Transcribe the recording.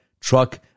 truck